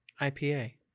IPA